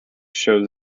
shows